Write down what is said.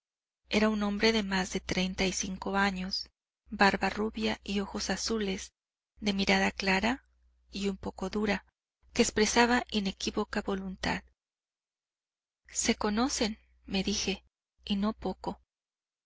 era un hombre de más de treinta y cinco años barba rubia y ojos azules de mirada clara y un poco dura que expresaba inequívoca voluntad se conocen me dije y no poco